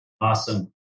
Awesome